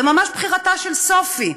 זה ממש "בחירתה של סופי"